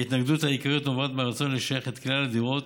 ההתנגדות העיקרית נובעת מהרצון לשייך את כלל הדירות,